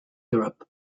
europe